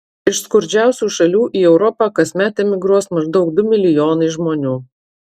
iš skurdžiausių šalių į europą kasmet emigruos maždaug du milijonai žmonių